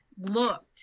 looked